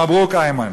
מברוכ, איימן.